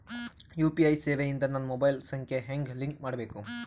UPI ಸೇವೆ ಇಂದ ನನ್ನ ಮೊಬೈಲ್ ಸಂಖ್ಯೆ ಹೆಂಗ್ ಲಿಂಕ್ ಮಾಡಬೇಕು?